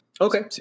Okay